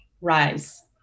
rise